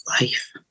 life